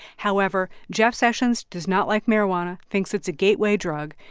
however, jeff sessions does not like marijuana, thinks it's a gateway drug,